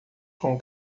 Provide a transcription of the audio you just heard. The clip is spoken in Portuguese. com